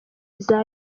iza